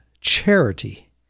charity